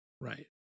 Right